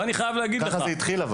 אבל ככה זה התחיל .